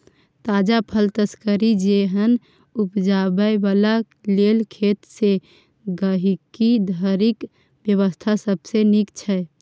ताजा फल, तरकारी जेहन उपजाबै बला लेल खेत सँ गहिंकी धरिक व्यवस्था सबसे नीक छै